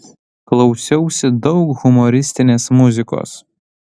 klausiausi daug humoristinės muzikos